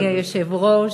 אדוני היושב-ראש,